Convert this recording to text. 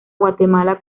guatemala